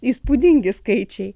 įspūdingi skaičiai